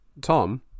Tom